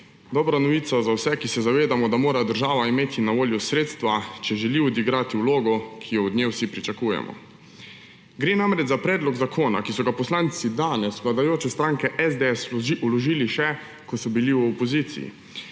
Dobra novica za vse, ki se zavedamo, da mora država imeti na voljo sredstva, če želi odigrati vlogo, ki jo od nje vsi pričakujemo. Gre namreč za predlog zakona, ki so ga poslanci danes vladajoče stranke SDS vložili, še ko so bili v opoziciji.